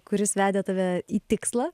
kuris vedė tave į tikslą